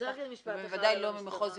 מהשטח ובוודאי לא ממחוז ירושלים.